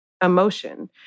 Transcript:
emotion